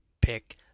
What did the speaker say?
pick